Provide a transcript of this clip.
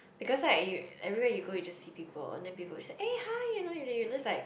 because like you everywhere you go you just see people and then people will say eh hi you know you just like